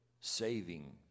saving